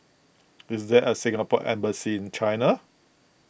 is there a Singapore Embassy in China